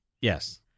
yes